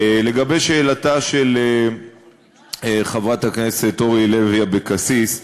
לגבי שאלתה של חברת הכנסת אורלי לוי אבקסיס,